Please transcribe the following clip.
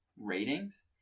ratings